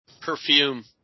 Perfume